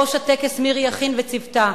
לראש הטקס מירי יכין וצוותה,